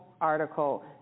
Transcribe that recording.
article